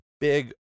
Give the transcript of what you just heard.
big